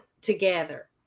together